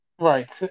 right